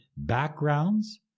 backgrounds